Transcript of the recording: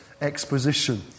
exposition